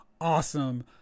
awesome